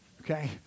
Okay